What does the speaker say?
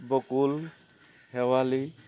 বকুল শেৱালি